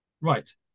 Right